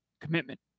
commitment